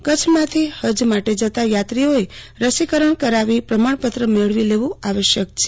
કચ્છમાંથી હજ માટે જતા યાત્રીઓએ રસીકરણ કરાવી પ્રમાણપત્ર મેળવી લેવું આવશ્યક છે